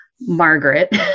Margaret